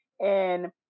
-and